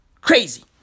Crazy